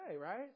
right